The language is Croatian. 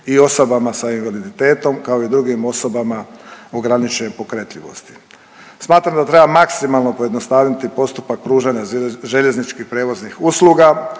i osobama sa invaliditetom kao i drugim osobama ograničene pokretljivosti. Smatram da treba maksimalno pojednostaviti postupak pružanja željezničkih prijevoznih usluga,